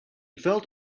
felt